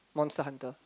monster hunter